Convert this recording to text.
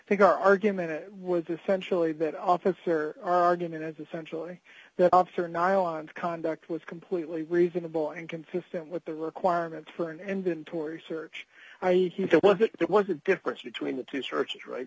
i think our argument was essentially that officer our argument is essentially that officer nylons conduct was completely reasonable and consistent with the requirements for an inventory search he said was that there was a difference between the two searches right